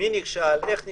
מי נכשל, איך נכשל.